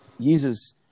Jesus